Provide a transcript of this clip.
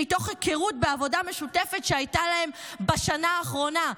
מתוך היכרות ועבודה משותפת שהייתה להם בשנה האחרונה.